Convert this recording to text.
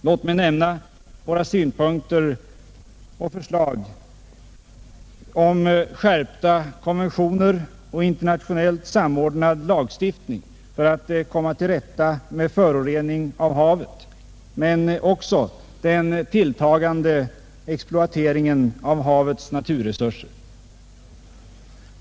Låt mig nämna våra förslag om skärpta konventioner och internationellt samordnad lagstiftning för att komma till rätta med förorening av havet men också den tilltagande exploateringen av havets naturresurser.